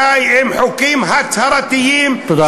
די, די עם חוקים הצהרתיים, תודה רבה.